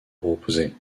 proposés